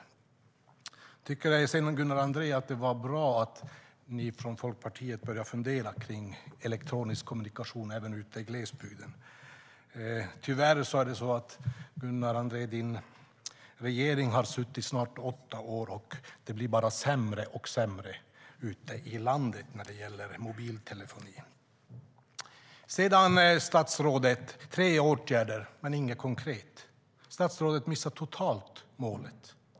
Jag tycker som Gunnar Andrén att det var bra att ni i Folkpartiet började fundera kring elektronisk kommunikation även ute på glesbygden. Men tyvärr är det så, Gunnar Andrén, att din regering har suttit i snart åtta år, och det blir bara sämre och sämre ute i landet när det gäller mobiltelefoni. Statsrådet nämner tre åtgärder men inget konkret. Statsrådet missar målet totalt.